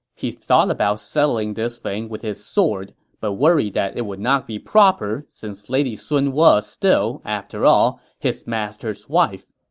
he thought about settling this with his sword, but worried that it would not be proper since lady sun was still, after all, his master's wife.